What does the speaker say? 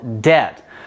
debt